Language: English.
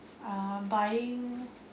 um buying